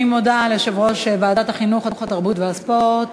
אני מודה ליושב-ראש ועדת החינוך, התרבות והספורט